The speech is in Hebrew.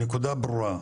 הנקודה ברורה,